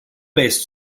based